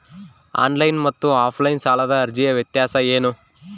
Online ಮತ್ತು offline ಸಾಲದ ಅರ್ಜಿಯ ವ್ಯತ್ಯಾಸ ಏನು?